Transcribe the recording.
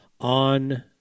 on